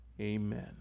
Amen